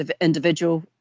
individual